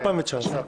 2020 או 2019?